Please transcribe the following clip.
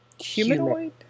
humanoid